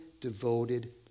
devoted